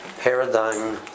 paradigm